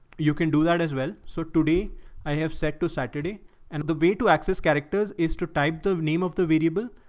you can do that as well. so today i have set to saturday and the way to access characters is to type the name of the variable.